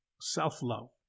self-love